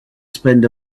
spend